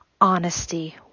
honesty